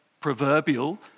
proverbial